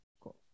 Cool